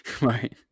right